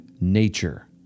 nature